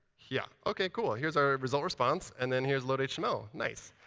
yeah, ok. cool. here's our result response and then here's loadhtml. nice.